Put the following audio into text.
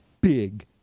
big